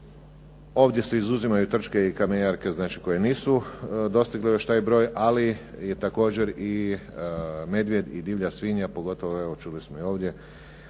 Ovdje se izuzimaju trčke i kamenjarke, znači koje nisu dostigle još taj broj, ali je također i medvjed i divlja svinja, pogotovo evo, čuli smo i ovdje,